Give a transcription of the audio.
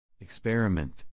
Experiment